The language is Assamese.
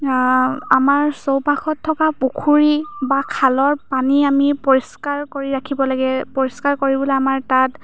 আমাৰ চৌপাশত থকা পুখুৰী বা খালৰ পানী আমি পৰিষ্কাৰ কৰি ৰাখিব লাগে পৰিষ্কাৰ কৰিবলৈ আমাৰ তাত